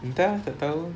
entah tak tahu